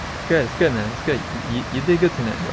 it's good, it's good, man, it's good. you did good tonight, bro,